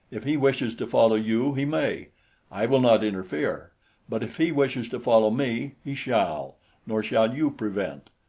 if he wishes to follow you, he may i will not interfere but if he wishes to follow me, he shall nor shall you prevent.